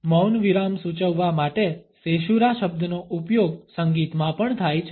મૌન વિરામ સૂચવવા માટે સેશૂરા શબ્દનો ઉપયોગ સંગીતમાં પણ થાય છે